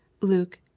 Luke